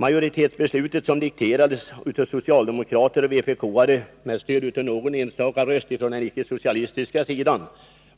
Majoritetsbeslutet, som dikterades av socialdemokrater och vpk-are med stöd av någon enstaka röst från den icke-socialistiska sidan,